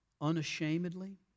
unashamedly